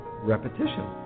Repetition